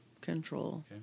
control